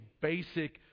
basic